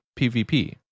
PvP